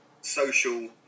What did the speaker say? social